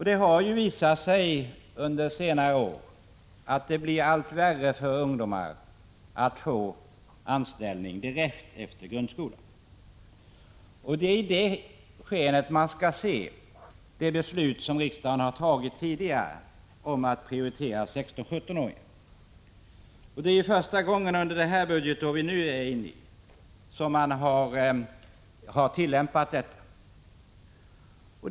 Det har ju under senare år visat sig att det blir allt svårare för ungdomarna att få anställning direkt efter grundskolan. Det är i det skenet man skall se det beslut som riksdagen tidigare har fattat om att prioritera 16-17-åringarna. Det är under detta budgetår första gången som man har tillämpat systemet.